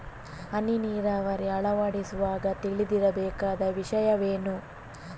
ಹನಿ ನೀರಾವರಿ ಅಳವಡಿಸುವಾಗ ತಿಳಿದಿರಬೇಕಾದ ವಿಷಯವೇನು?